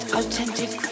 authentic